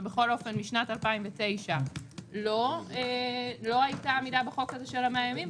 ובכל אופן משנת 2009 לא הייתה עמידה בחוק הזה של ה-100 ימים,